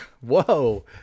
Whoa